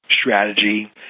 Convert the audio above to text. strategy